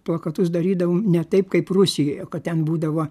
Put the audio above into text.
plakatus darydavom ne taip kaip rusijoje kad ten būdavo